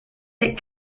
est